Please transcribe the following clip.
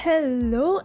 Hello